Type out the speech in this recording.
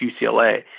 UCLA